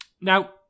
Now